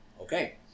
okay